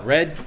Red